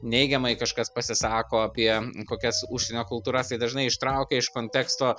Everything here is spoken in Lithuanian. neigiamai kažkas pasisako apie kokias užsienio kultūras tai dažnai ištraukia iš konteksto